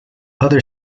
other